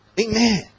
Amen